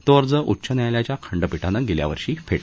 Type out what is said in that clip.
तो अर्ज उच्च न्यायालयाच्या खंडपीठानं गेल्या वर्षी फेटाळला होता